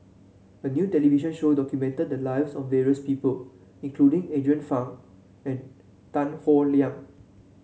a new television show documented the lives of various people including Andrew Phang and Tan Howe Liang